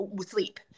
sleep